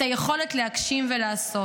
את היכולת להגשים ולעשות.